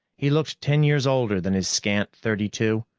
he looked ten years older than his scant thirty-two,